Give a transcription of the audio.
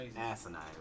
asinine